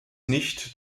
nicht